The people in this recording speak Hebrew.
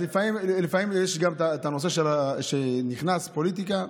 לפעמים יש גם את הנושא שנכנסת הפוליטיקה.